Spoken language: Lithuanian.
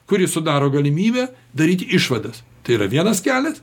kuri sudaro galimybę daryti išvadas tai yra vienas kelias